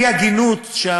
אי-הגינות,